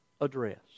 address